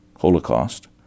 holocaust